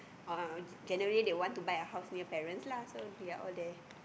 uh January they want to buy a house near parents lah so they are all there